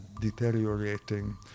deteriorating